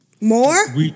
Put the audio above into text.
More